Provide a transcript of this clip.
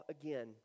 again